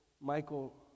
Michael